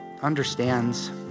understands